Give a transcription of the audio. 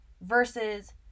versus